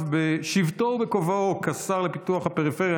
בשבתו ובכובעו כשר לפיתוח הפריפריה,